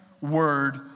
word